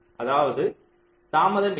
அதாவது தாமதம் இல்லை